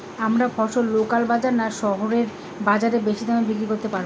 আমরা ফসল লোকাল বাজার না শহরের বাজারে বেশি দামে বিক্রি করতে পারবো?